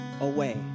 away